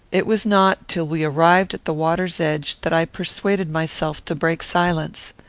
it was not till we arrived at the water's edge that i persuaded myself to break silence.